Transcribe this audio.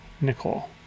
Nicole